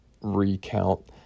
recount